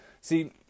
See